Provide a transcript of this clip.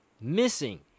missing